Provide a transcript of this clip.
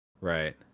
Right